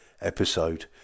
episode